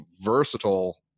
versatile